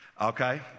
Okay